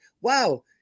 wow